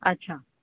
अच्छा